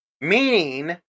meaning